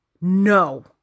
no